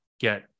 get